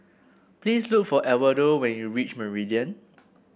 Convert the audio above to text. please look for Edwardo when you reach Meridian